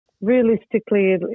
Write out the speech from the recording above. Realistically